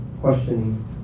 questioning